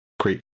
create